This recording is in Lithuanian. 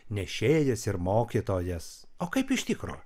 nešėjas ir mokytojas o kaip iš tikro